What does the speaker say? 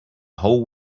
whole